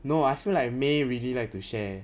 no I feel like may really like to share